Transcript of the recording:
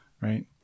right